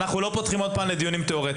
אנחנו לא פותחים עוד פעם לדיונים תיאורטיים.